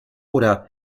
oder